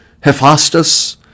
Hephaestus